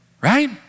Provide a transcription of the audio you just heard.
Right